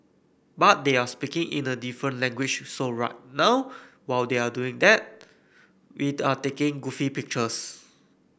but they're speaking in a different language so right now while they're doing that we're taking goofy pictures